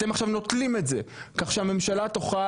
אתם עכשיו נוטלים את זה כך שהממשלה תוכל